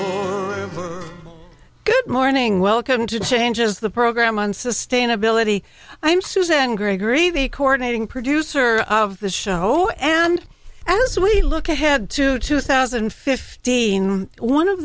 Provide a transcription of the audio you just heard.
for good morning welcome to changes the program on sustainability i'm susan gregory the coordinating producer of the show and as we look ahead to two thousand and fifteen one of